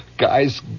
guys